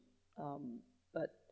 um but